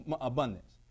abundance